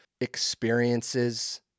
experiences